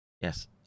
Yes